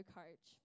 coach